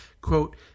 Quote